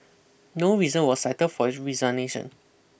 no reason was cited for his resignation